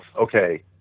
okay